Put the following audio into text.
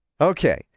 Okay